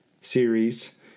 series